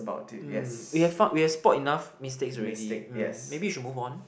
mm we have found we have spot enough mistakes already mm maybe we should move on